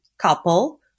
couple